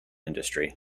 industry